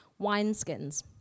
wineskins